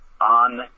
on